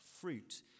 Fruit